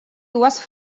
dues